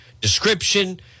description